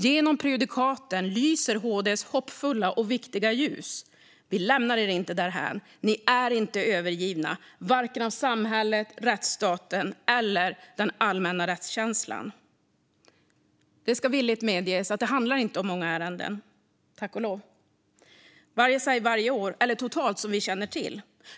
Genom prejudikaten lyser HD:s hoppfulla och viktiga ljus: Vi lämnar er inte därhän - ni är inte övergivna av vare sig samhället, rättsstaten eller den allmänna rättskänslan. Det ska villigt medges att det inte handlar om många ärenden, tack och lov - vare sig varje år eller totalt, som vi känner till.